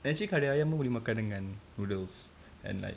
actually kari ayam pun boleh makan dengan noodles and like